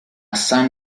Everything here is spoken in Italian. san